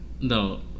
No